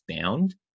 Bound